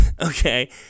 okay